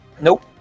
Nope